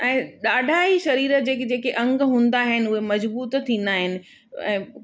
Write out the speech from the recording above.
ऐं ॾाढा ई शरीर जा जेके जेके अंग हूंदा आहिनि मजबूतु थींदा आहिनि ऐं